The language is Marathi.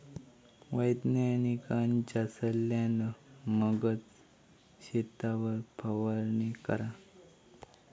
वैज्ञानिकांच्या सल्ल्यान मगच शेतावर फवारणी करा